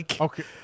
okay